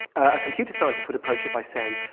a computer scientist would approach it by saying,